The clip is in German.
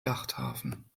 yachthafen